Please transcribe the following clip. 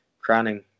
crowning